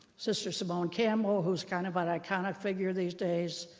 sister simone campbell, who's kind of an iconic figure these days.